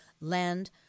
land